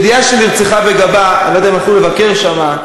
נרצחה בסכין בגבה,